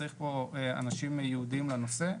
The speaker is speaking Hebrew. צריך פה אנשים יעודים לנושא.